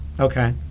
Okay